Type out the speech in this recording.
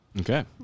okay